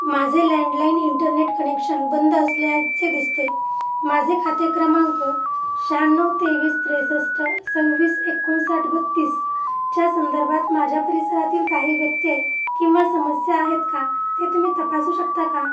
माझे landline internet connection बंद असल्याचे दिसते आहे माझे खाते क्रमांक शहाण्णव तेवीस त्रेसष्ट सव्वीस एकोणसाठ बत्तीस च्या संदर्भात माझ्या परिसरातील काही व्यत्यय किंवा समस्या आहेत का ते तुम्ही तपासू शकता का